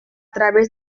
través